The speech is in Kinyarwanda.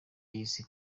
y’isi